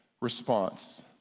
response